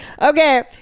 Okay